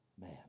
man